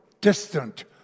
distant